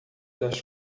das